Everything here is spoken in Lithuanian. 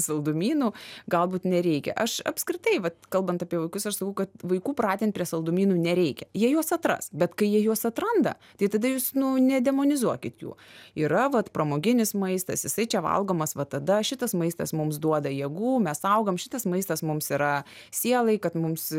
saldumynų galbūt nereikia aš apskritai va kalbant apie vaikus aš sakau kad vaikų pratint prie saldumynų nereikia jie juos atras bet kai jie juos atranda tai tada jūs nedemonizuokit jų yra vat pramoginis maistas jisai čia valgomas va tada šitas maistas mums duoda jėgų mes augam šitas maistas mums yra sielai kad mums